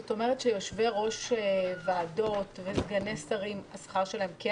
זה אומר שהשכר של יושבי ראש הוועדות וסגני השרים יעודכן?